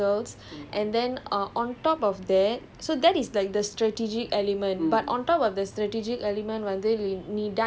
capture as many ya so each land will be represented by like castles and then err on top of that